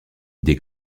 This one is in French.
idée